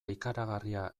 ikaragarria